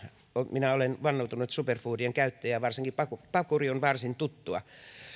minä olen vannoutunut superfoodien käyttäjä varsinkin pakuri pakuri on varsin tuttua